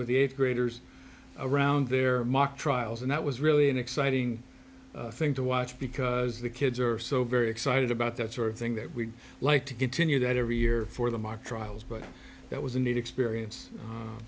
with the eighth graders around their mock trials and that was really an exciting thing to watch because the kids are so very excited about that sort of thing that we like to continue that every year for the merc trials but that was a neat experience